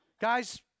Guys